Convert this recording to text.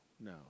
no